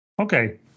Okay